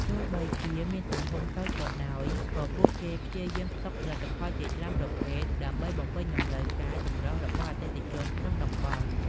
ទោះបីជាមានទំហំតូចក៏ដោយ ក៏ពួកគេព្យាយាមស្តុកផលិតផលជាច្រើនប្រភេទដើម្បីបំពេញតម្រូវការចម្រុះរបស់អតិថិជនក្នុងតំបន់។